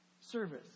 service